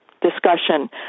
discussion